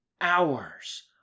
hours